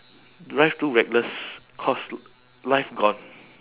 drive too reckless cost life gone